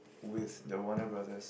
with the Warner-Brothers